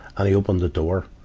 and he opened the door.